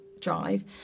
drive